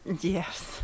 Yes